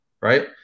right